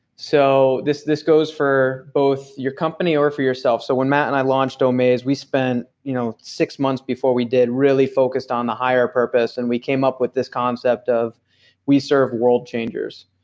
so this this goes for both your company, or for yourself. so when matt and i launched omaze, we spent you know six months before we did really focused on the higher purpose, and we came up with this concept of we serve world changers.